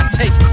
take